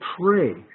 pray